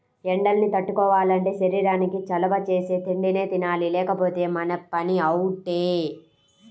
ఎండల్ని తట్టుకోవాలంటే శరీరానికి చలవ చేసే తిండినే తినాలి లేకపోతే మన పని అవుటే